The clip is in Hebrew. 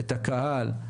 את הקהל,